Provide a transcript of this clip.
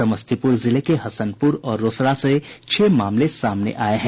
समस्तीपुर जिले के हसनपूर और रोसड़ा से छह मामले सामने आये हैं